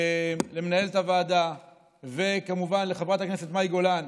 למנהלת הוועדה וכמובן לחברת הכנסת מאי גולן,